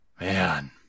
Man